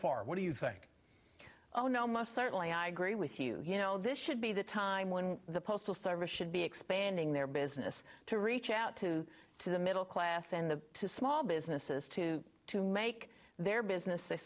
far what do you think oh no must certainly i agree with you you know this should be the time when the postal service should be expanding their business to reach out to to the middle class and to small businesses to to make their business they